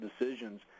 decisions